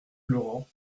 laurent